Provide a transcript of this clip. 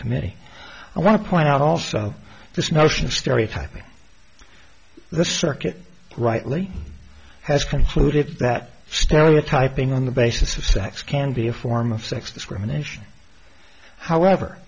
committee i want to point out also this notion of stereotyping the circuit rightly has concluded that stereotyping on the basis of sex can be a form of sex discrimination however